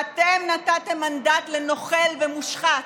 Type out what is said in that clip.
אתם נתתם מנדט לנוכל ומושחת,